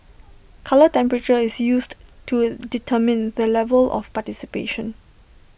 colour temperature is used to determine the level of participation